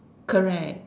correct